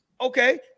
Okay